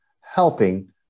helping